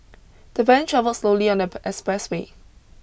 the van travelled slowly on the expressway